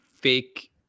fake